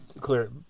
clear